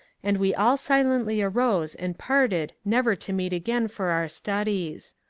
and we all silently arose and parted never to meet again for our studies.